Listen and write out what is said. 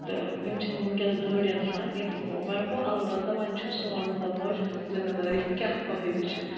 تہٕ یِم چھِنہٕ وٕنکیٚس دٔرۍ اِنسان کینٛہہ وۄنۍ گوٚو البتہ وۄنۍ چھُ سون مول موج زٔمیٖندٲری ہِنٛدۍ کیاہ فٲہِدٕ چھِ